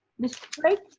mr. drake?